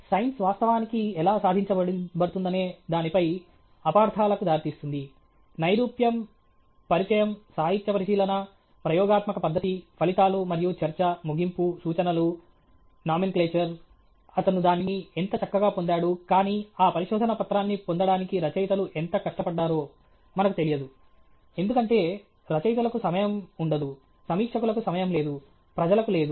science వాస్తవానికి ఎలా సాధించబడుతుందనే దానిపై అపార్థాలకు దారితీస్తుంది నైరూప్యం పరిచయం సాహిత్య పరిశీలన ప్రయోగాత్మక పద్దతి ఫలితాలు మరియు చర్చ ముగింపు సూచనలు నామినిక్లేచర్ అతను దానిని ఎంత చక్కగా పొందాడు కానీ ఆ పరిశోధన పత్రాన్ని పొందడానికి రచయితలు ఎంత కష్ట పడ్డారో మనకు తెలియదు ఎందుకంటే రచయితలకు సమయం ఉండదు సమీక్షకులకు సమయం లేదు ప్రజలకు లేదు